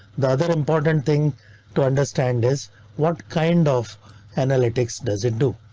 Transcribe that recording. the other important thing to understand is what kind of analytics does it do?